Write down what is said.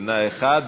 נמנע אחד,